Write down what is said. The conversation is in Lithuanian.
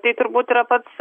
tai turbūt yra pats